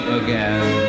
again